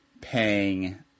paying